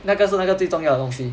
那个是那个最重要的东西